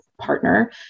partner